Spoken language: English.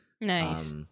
Nice